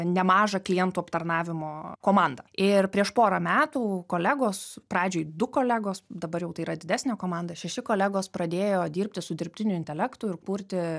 nemažą klientų aptarnavimo komandą ir prieš porą metų kolegos pradžioj du kolegos dabar jau tai yra didesnė komanda šeši kolegos pradėjo dirbti su dirbtiniu intelektu ir kurti